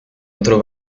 otro